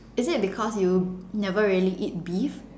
is it because you never really eat beef